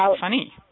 funny